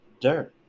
dirt